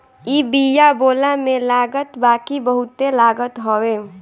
इ बिया बोअला में लागत बाकी बहुते लागत हवे